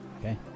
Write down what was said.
Okay